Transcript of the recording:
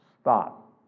Stop